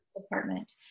department